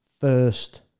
first